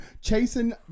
chasing